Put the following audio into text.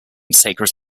sacred